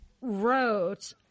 wrote